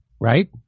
right